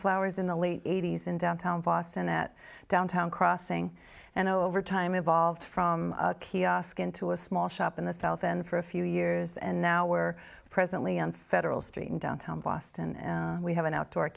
flowers in the late eighty's in downtown boston at downtown crossing and over time evolved from a kiosk into a small shop in the south end for a few years and now we're presently on federal street in downtown boston we have an outdoor